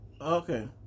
Okay